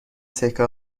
سکه